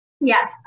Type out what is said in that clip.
Yes